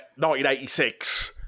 1986